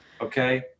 Okay